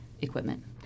equipment